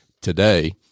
today